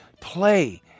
play